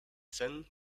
thin